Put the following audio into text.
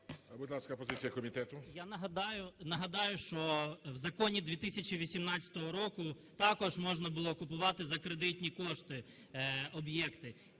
Я нагадаю, що в законі 2018 року також можна було купувати за кредитні кошти об'єкти.